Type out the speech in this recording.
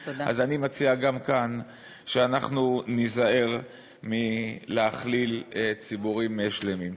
אני מציע גם כאן שאנחנו ניזהר מלהכליל ציבורים שלמים.